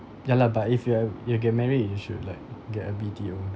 ya lah but if you have if you get married you should like get a B_T_O